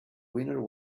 winner